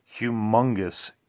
humongous